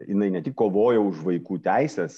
jinai ne tik kovojo už vaikų teises